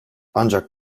ancak